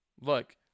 Look